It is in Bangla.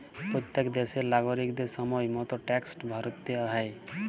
প্যত্তেক দ্যাশের লাগরিকদের সময় মত ট্যাক্সট ভ্যরতে হ্যয়